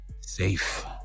safe